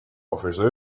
office